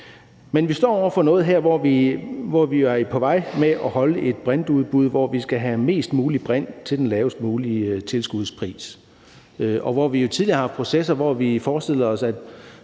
Men vi står over for noget her, hvor vi er på vej med at holde et brintudbud, hvor vi skal have mest mulig brint til den lavest mulige tilskudspris. Vi har jo tidligere har haft processer, hvor vi forestillede os,